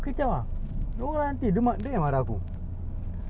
daily let's say engkau dah muak pun macam-macam makanan sia ada